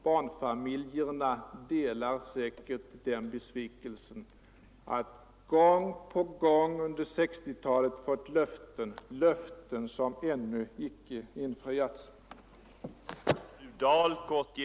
Barnfamiljerna är säkert besvikna över att gång på gång under 1960-talet ha fått löften som ännu icke infriats.